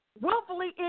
willfully